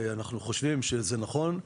אנחנו חושבים שזה נכון,